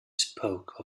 spoke